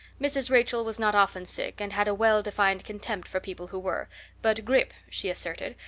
mrs. rachel was not often sick and had a well-defined contempt for people who were but grippe, she asserted,